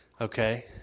Okay